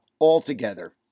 altogether